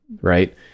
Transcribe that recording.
right